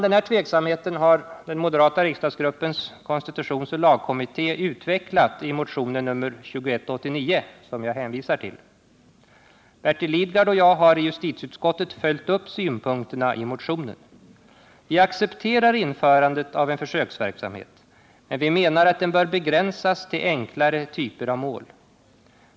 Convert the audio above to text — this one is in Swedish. Denna tveksamhet har den moderata riksdagsgruppens konstitutionsoch lagkommitté utvecklat i motionen 2189, som jag hänvisar till. Bertil Lidgard och jag har i justitieutskottet följt upp synpunkterna i motionen. Vi accepterar införandet av en försöksverksamhet men menar att den bör begränsas till enklarare typer av mål.